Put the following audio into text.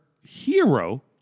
hero